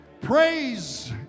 praise